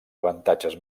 avantatges